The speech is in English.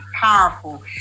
powerful